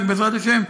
בעזרת השם,